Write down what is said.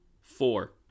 four